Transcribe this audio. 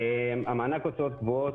מענק ההוצאות הקבועות,